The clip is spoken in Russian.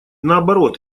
наоборот